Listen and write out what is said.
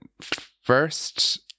first